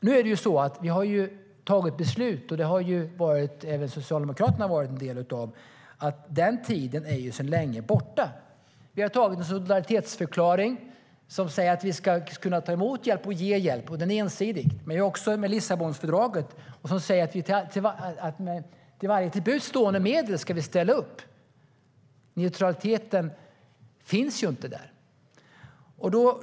Nu har vi tagit beslut om - och det har även Socialdemokraterna varit med på - att den tiden sedan länge är borta. Vi har antagit en solidaritetsförklaring som säger att vi ska kunna ta emot hjälp och ge hjälp, och den är ensidig. Men vi är också med i Lissabonfördraget, som säger att vi ska ställa upp med varje till buds stående medel. Neutraliteten finns inte där.